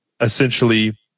essentially